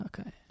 Okay